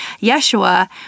Yeshua